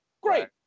great